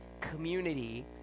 community